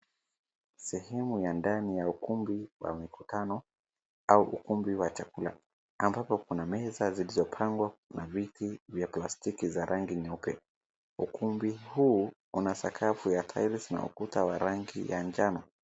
Sehemu ya ndani ya ukumbi wa mikutano au ukumbi wa chakula ambapo kuna meza zilizopangwa na viti vya plastiki za rangi nyeupe. Ukumbi huu una sakafu ya tiles na ukuta wa rangi ya njano.